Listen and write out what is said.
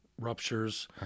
ruptures